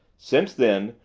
since then,